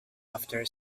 after